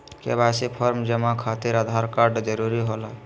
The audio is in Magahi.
के.वाई.सी फॉर्म जमा खातिर आधार कार्ड जरूरी होला?